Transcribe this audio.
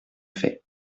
fait